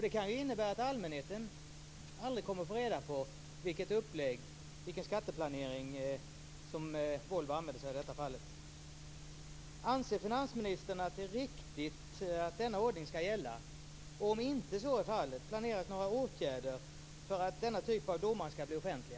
Det kan innebära att allmänheten aldrig kommer att få reda på vilken skatteplanering som Volvo har använt i detta fall. Anser finansministern att det är riktigt att denna ordning ska gälla? Om inte så är fallet, planeras några åtgärder för att domar av den här typen ska bli offentliga?